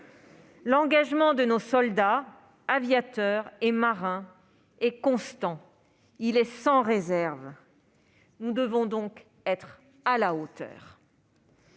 L'engagement de nos soldats, aviateurs et marins est constant et sans réserve. Nous devons donc être à la hauteur.